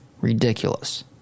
ridiculous